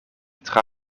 tra